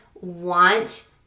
want